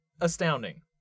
astounding